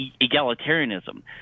egalitarianism